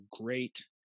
great